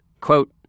Quote